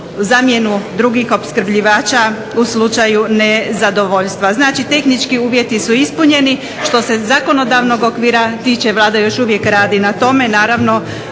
zamjenu drugih opskrbljivača u slučaju nezadovoljstva. Znači, tehnički uvjeti su ispunjeni. Što se zakonodavnog okvira tiče Vlada još uvijek radi na tome, naravno